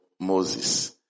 Moses